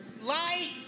lights